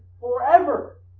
forever